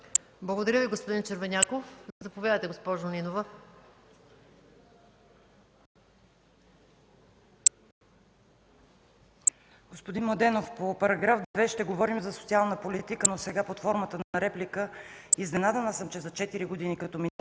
Благодаря Ви, господин Червеняков. Заповядайте, госпожо Нинова.